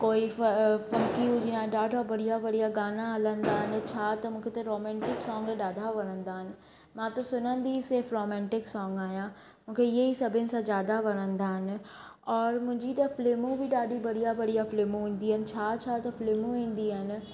कोई फंकी विझंदा आहिनि ॾाढा बढ़िया बढ़िया गाना हलंदा आहिनि छा त मूंखे त रोमैंटिक ॾाढा वणंदा आहिनि मां त सुनंदी सिर्फ़ु रोमैंटिक सोन्ग आहियां मूंखे हीअई सभिनि सां ज्यादा वणंदा आहिनि और मुंहिंजी त फ़िल्मूं बि ॾाढी बढ़िया बढ़िया फ़िल्मूं हूंदी आहिनि छा छा त फ़िल्मूं ईंदी आहिनि